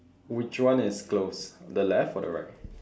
which one is closed the left or the right